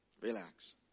relax